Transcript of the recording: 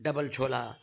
double छोला